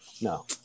no